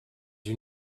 you